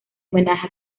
homenaje